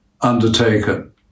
undertaken